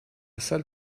salle